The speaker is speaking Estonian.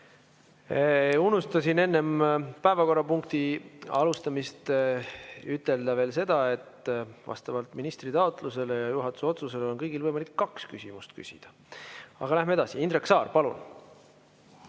Unustasin enne päevakorrapunkti alustamist ütelda, et vastavalt ministri taotlusele ja juhatuse otsusele on kõigil võimalik küsida kaks küsimust. Lähme edasi. Indrek Saar, palun!